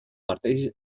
mateix